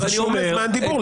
אתה רשום לזמן דיבור.